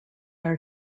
are